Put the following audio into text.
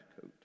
coat